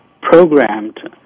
programmed